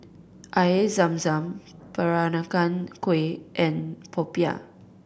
Air Zam Zam Peranakan Kueh and popiah